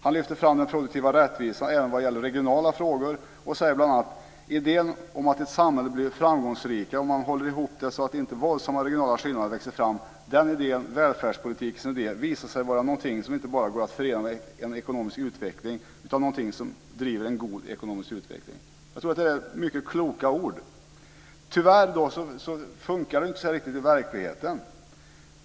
Han lyfter fram den produktiva rättvisan även vad gäller regionala frågor och säger bl.a.: ". idén om att ett samhälle blir framgångsrikare om man håller ihop det så att inte våldsamma regionala skillnader växer fram - den idén, välfärdspolitikens idé, visar sig vara någonting som inte bara går att förena med en ekonomisk utveckling utan också någonting som driver en god ekonomisk utveckling." Jag tror att det är mycket kloka ord. Tyvärr funkar det inte riktigt så i verkligheten.